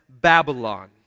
Babylon